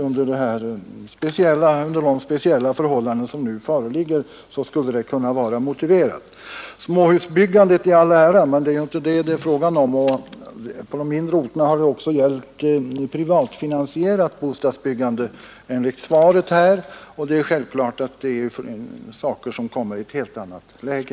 Under de speciella förhållanden som nu föreligger skulle det vara motiverat. Småhusbyggandet i all ära men det är inte det frågan gäller. På de mindre orterna har det enligt svaret också gällt privatfinansierat bostadsbyggande, och det kommer givetvis i ett helt annat läge.